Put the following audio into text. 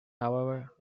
however